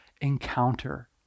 encounter